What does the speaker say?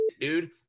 dude